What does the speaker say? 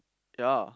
ya